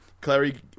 Clary